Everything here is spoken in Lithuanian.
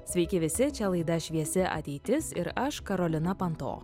sveiki visi čia laida šviesi ateitis ir aš karolina panto